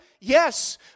Yes